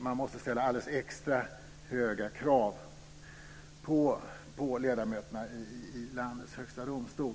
Man måste ställa extra höga krav på ledamöterna i landets högsta domstol.